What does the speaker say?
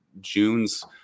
june's